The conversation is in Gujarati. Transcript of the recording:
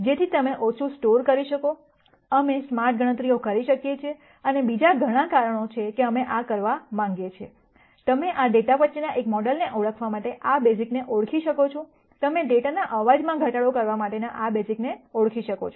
જેથી તમે ઓછું સ્ટોર કરી શકો અમે સ્માર્ટ ગણતરીઓ કરી શકીએ છીએ અને બીજા ઘણા કારણો છે કે અમે આ કરવા માંગીએ છીએ તમે આ ડેટા વચ્ચેના એક મોડેલને ઓળખવા માટે આ બેઝિકને ઓળખી શકો છો તમે ડેટાના અવાજમાં ઘટાડો કરવા માટેના બેઝિકને ઓળખી શકો છો